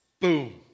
Boom